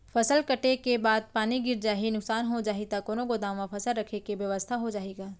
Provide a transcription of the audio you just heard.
फसल कटे के बाद पानी गिर जाही, नुकसान हो जाही त कोनो गोदाम म फसल रखे के बेवस्था हो जाही का?